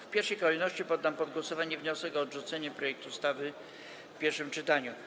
W pierwszej kolejności poddam pod głosowanie wniosek o odrzucenie projektu ustawy w pierwszym czytaniu.